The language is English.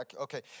okay